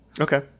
Okay